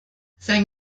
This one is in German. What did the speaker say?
sein